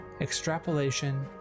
Extrapolation